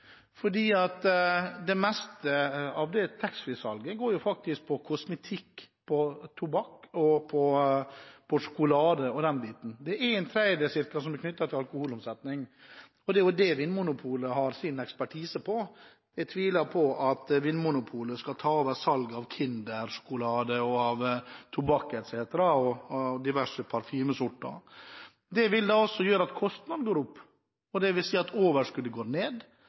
det meste av taxfree-salget går faktisk på kosmetikk, på tobakk, på sjokolade og den biten. Det er ca. en tredjedel som er knyttet til alkoholomsetning, og det er der Vinmonopolet har sin ekspertise. Jeg tviler på at Vinmonopolet skal ta over salget av Kinder-sjokolade, tobakk og av diverse parfymesorter osv. Det vil da også gjøre at kostnadene går opp, og det vil si at overskuddet går ned,